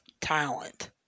talent